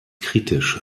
kritisch